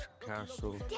castle